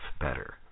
better